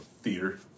theater